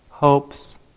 Hopes